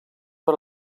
per